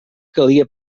calia